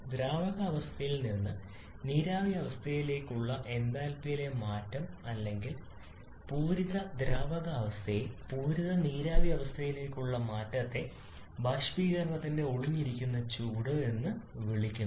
ദ്രാവകാവസ്ഥയിൽ നിന്ന് നീരാവി അവസ്ഥയിലേക്കുള്ള എന്തൽപിയിലെ മാറ്റം അല്ലെങ്കിൽ പൂരിത ദ്രാവകാവസ്ഥയെ പൂരിത നീരാവി അവസ്ഥയിലേക്കുള്ള മാറ്റത്തെ ബാഷ്പീകരണത്തിന്റെ ഒളിഞ്ഞിരിക്കുന്ന ചൂട് എന്ന് വിളിക്കുന്നു